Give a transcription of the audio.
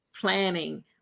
planning